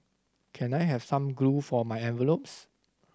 can I have some glue for my envelopes